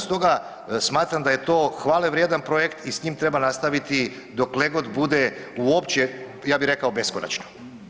Stoga smatram da je to hvalevrijedan projekt i s njim treba nastaviti dok legod bude u opće ja bi rekao beskonačno.